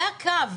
זה הקו,